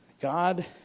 God